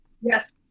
Yes